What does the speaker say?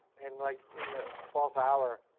and like in the twelfth hour,